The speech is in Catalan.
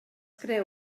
creu